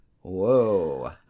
Whoa